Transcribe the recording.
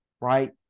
right